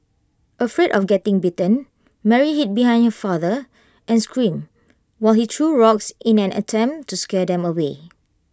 afraid of getting bitten Mary hid behind her father and screamed while he threw rocks in an attempt to scare them away